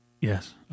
Yes